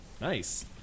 nice